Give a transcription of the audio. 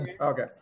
Okay